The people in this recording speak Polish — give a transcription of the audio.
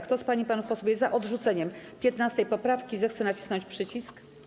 Kto z pań i panów posłów jest za odrzuceniem 15. poprawki, zechce nacisnąć przycisk.